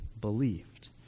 believed